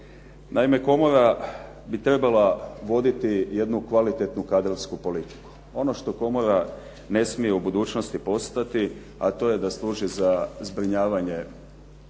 Naime, komora bi trebala voditi jednu kvalitetnu kadrovsku politiku. Ono što komora ne smije u budućnosti postati, a to je da služi za zbrinjavanje